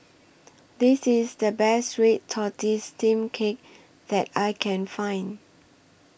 This IS The Best Red Tortoise Steamed Cake that I Can Find